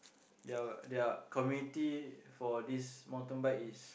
their their community for this mountain bike is